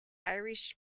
irish